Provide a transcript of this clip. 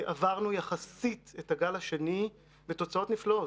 עברנו יחסית את הגל השני בתוצאות נפלאות.